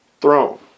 throne